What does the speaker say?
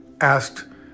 asked